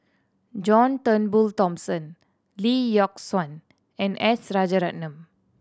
John Turnbull Thomson Lee Yock Suan and S Rajaratnam